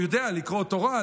הוא יודע לקרוא תורה,